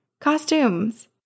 Costumes